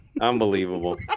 Unbelievable